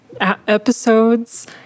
episodes